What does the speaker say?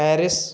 Paris